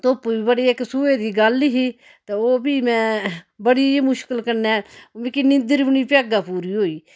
धुप्प बी बड़ी इक सोहे दी गल्ल ही ते ओह् फ्ही में बड़ी मुश्कल कन्नै मिकी नींदर बी नी भ्यागा पूरी होई